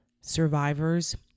survivors